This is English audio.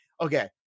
Okay